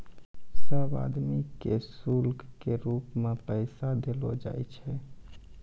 सब आदमी के शुल्क के रूप मे पैसा देलो जाय छै